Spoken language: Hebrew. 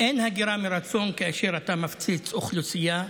אין הגירה מרצון כאשר אתה מפציץ אוכלוסייה,